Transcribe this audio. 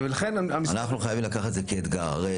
אנחנו חייבים לקחת את זה כאתגר.